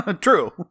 true